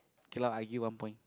okay lah I give one point